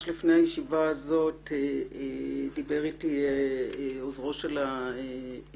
לפני ישיבה זו דיבר איתי עוזר הרמטכ"ל,